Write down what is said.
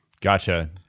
Gotcha